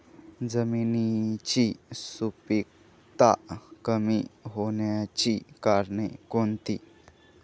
जमिनीची सुपिकता कमी होण्याची कारणे कोणती?